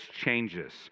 changes